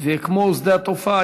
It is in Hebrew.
וכמו שדה התעופה,